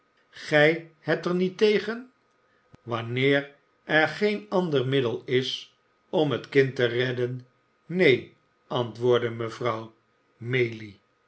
gij hebt er niet tegen wanneer er geen ander middel is om het kind te redden neen antwoordde mevrouw maylie